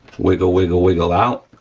wiggle, wiggle, wiggle out,